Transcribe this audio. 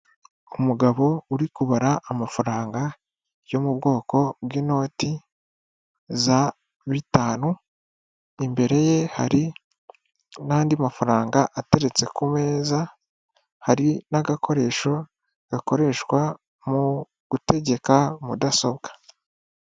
Umugabo uri kubara amafaranga yo mu bwoko bw'inoti za bitanu, imbere ye hari n'andi mafaranga ateretse ku meza, hari n'agakoresho gakoreshwa mu gutegeka mudasobwa.